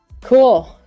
Cool